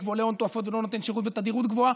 ועולה הון תועפות ולא נותן שירות בתדירות גבוהה.